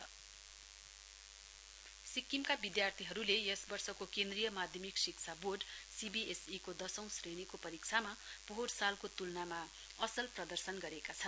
CBSE सिक्किमका विद्यार्थीहरूले यस वर्षको केन्द्रीय माध्यमिक शिक्षा वोर्ड सिविएसइ को दशौं श्रेणीको परीक्षामा पोहोर सालको तुलनामा असल प्रदर्शन गरेका छन्